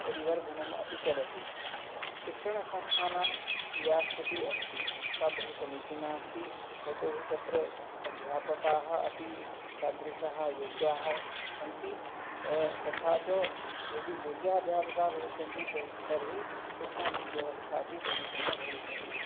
परिवर्तनम् अपि चलति शिक्षणसंस्थानां या स्थितिः अस्ति सा बहुसमीचीना अस्ति यतोहि तत्र अध्यापकाः अपि तादृशाः योग्याः सन्ति तथा च यदि योग्याः अध्यापकाः भविष्यन्ति त् तर्हि शिक्षणव्यवस्था अपि समीचीना भविष्यति